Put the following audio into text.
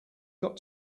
got